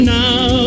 now